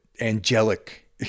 angelic